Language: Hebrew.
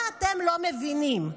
מה אתם לא מבינים?